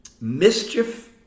mischief